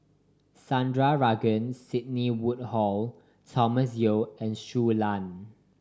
Sandrasegaran Sidney Woodhull Thomas Yeo and Shui Lan